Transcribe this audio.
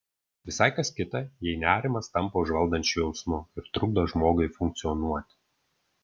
visai kas kita jei nerimas tampa užvaldančiu jausmu ir trukdo žmogui funkcionuoti